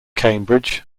cambridge